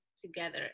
together